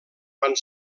van